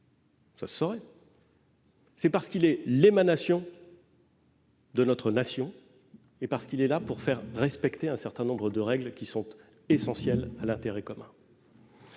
le respecter ; c'est parce qu'il est l'émanation de notre Nation et parce qu'il est là pour faire respecter un certain nombre de règles essentielles à l'intérêt commun.